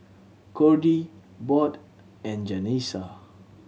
Cordie Bode and Janessa